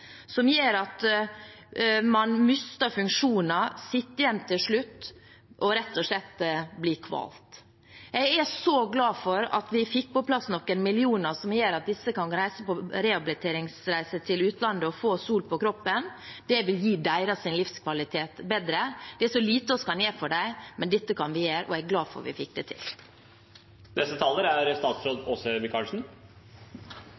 som gjør at man mister funksjoner og til slutt rett og slett blir kvalt. Jeg er så glad for at vi fikk på plass noen millioner som gjør at disse kan reise på rehabiliteringsreiser til utlandet og få sol på kroppen. Det vil bedre deres livskvalitet. Det er så lite vi kan gjøre for dem, men dette kan vi gjøre, og jeg er glad for at vi fikk det til. Det er